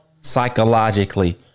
psychologically